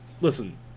Listen